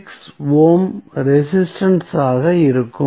6 ohm resistance ஆக இருக்கும்